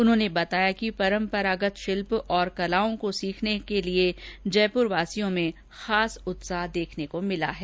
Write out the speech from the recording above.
उन्होंने बताया कि परंपरागत शिल्प और कलाओं को सीखने की जयपुरवासियों में खास उत्साह देखने को मिला है